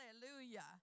Hallelujah